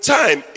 time